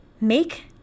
Make